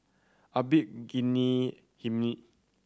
Abdul Ghani Hamid